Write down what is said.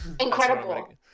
Incredible